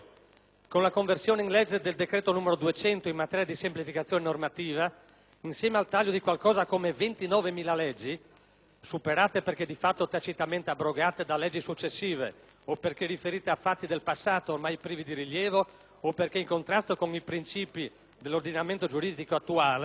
Con la conversione in legge del decreto n. 200 in materia di semplificazione normativa, insieme al taglio di qualcosa come 29.000 leggi, superate perché di fatto tacitamente abrogate da leggi successive o perché riferite a fatti del passato ormai privi di rilievo o perché in contrasto con i princìpi dell'ordinamento giuridico attuale,